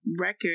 record